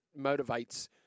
motivates